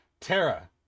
Tara